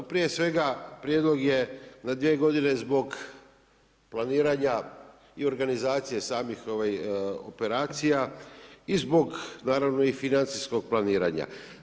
Pa prije svega prijedlog je na dvije godine zbog planiranja i organizacije samih operacija i zbog naravno i financijskog planiranja.